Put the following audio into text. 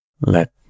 Let